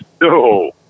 No